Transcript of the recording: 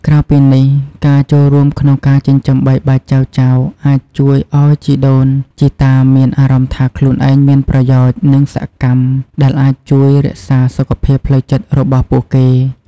ក្រៅពីនេះ ការចូលរួមក្នុងការចិញ្ចឹមបីបាច់ចៅៗអាចជួយឱ្យជីដូនជីតាមានអារម្មណ៍ថាខ្លួនឯងមានប្រយោជន៍ និងសកម្ម ដែលអាចជួយរក្សាសុខភាពផ្លូវចិត្តរបស់ពួកគេ។